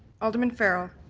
alderman farrell?